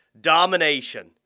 domination